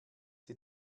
sie